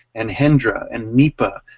and hendra and nepo,